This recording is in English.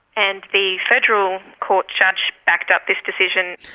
and the federal court judge backed up this decision.